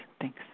Thanks